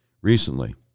recently